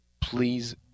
please